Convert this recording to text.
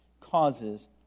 causes